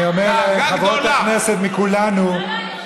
אני אומר לחברות הכנסת מכולנו,